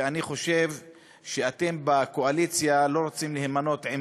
ואני חושב שאתם בקואליציה לא רוצים להימנות עם